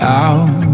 out